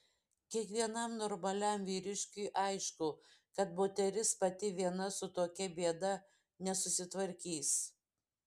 kiekvienam normaliam vyriškiui aišku kad moteris pati viena su tokia bėda nesusitvarkys